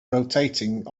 rotating